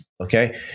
Okay